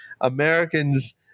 Americans